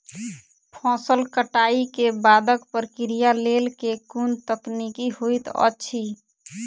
फसल कटाई केँ बादक प्रक्रिया लेल केँ कुन तकनीकी होइत अछि?